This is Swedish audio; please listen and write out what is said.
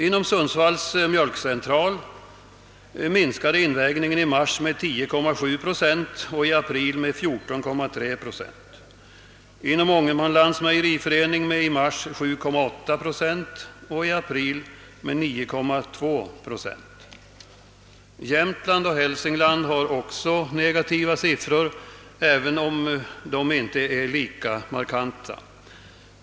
Inom Sundsvalls mjölkcentral minskade invägningen i mars med 10,7 procent och i april med 14,3 procent, inom Ångermanlands mejeriförening med i mars 7,8 procent och i april 9,2 procent. Jämtland och Hälsingland har också negativa siffror, även om de inte är lika markanta.